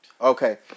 Okay